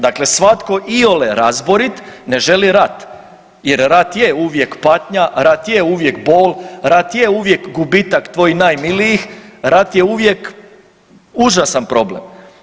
Dakle, svatko iole razborit ne želi rat jer rat je uvijek patnja, rat je uvijek bol, rat je uvijek gubitak tvojih najmilijih, rat je uvijek užasan problem.